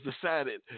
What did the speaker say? decided